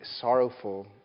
sorrowful